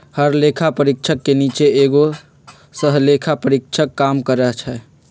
हर लेखा परीक्षक के नीचे एगो सहलेखा परीक्षक काम करई छई